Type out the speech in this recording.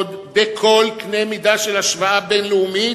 בכל קנה מידה של השוואה בין-לאומית,